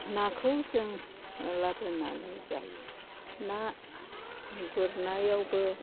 नाखौ जों लाबोनानै जायो ना गुरनायावबो